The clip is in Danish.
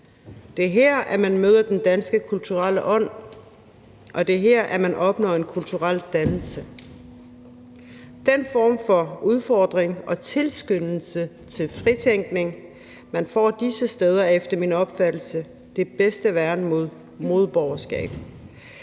Det er her, man møder den danske kulturelle ånd, og det er her, man opnår en kulturel dannelse. Den form for udfordring og tilskyndelse til fritænkning, man får disse steder, er efter min opfattelse det bedste værn mod modborgerskab.